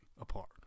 apart